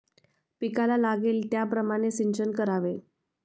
पिकाला लागेल त्याप्रमाणे सिंचन करावे